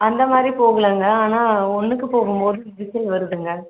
அந்த மாதிரி போகலங்க ஆனால் ஒன்னுக்கு போகும்போது எரிச்சல் வருதுங்க